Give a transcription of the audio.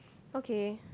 okay